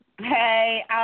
Hey